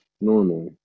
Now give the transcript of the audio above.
normally